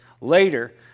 later